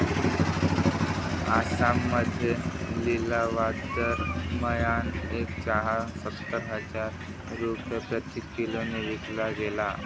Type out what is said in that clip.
आसाममध्ये लिलावादरम्यान एक चहा सत्तर हजार रुपये प्रति किलोने विकला गेला